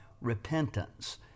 repentance